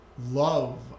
love